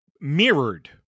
mirrored